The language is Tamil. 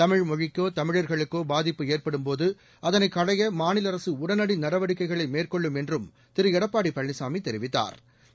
தமிழ் மொழிக்கோ தமிழர்களுக்கோ பாதிப்பு ஏற்டும்போது அதனை களைய மாநில அரசு உடனடி நடவடிக்கைகளை மேற்கொள்ளும் என்றும் திரு எடப்பாடி பழனிசாமி தெரிவித்தாா்